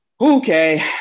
Okay